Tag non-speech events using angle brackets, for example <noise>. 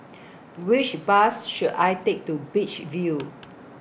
<noise> Which Bus should I Take to Beach View